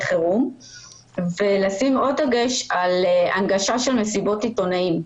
חירום ולשים עוד דגש על הנגשה של מסיבות עיתונאים.